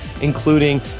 including